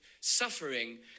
suffering